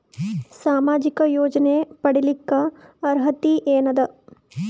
ಸಾಮಾಜಿಕ ಯೋಜನೆ ಪಡಿಲಿಕ್ಕ ಅರ್ಹತಿ ಎನದ?